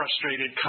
frustrated